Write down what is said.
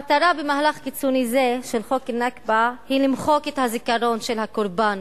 המטרה במהלך קיצוני זה של חוק הנכבה היא למחוק את הזיכרון של הקורבן,